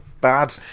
bad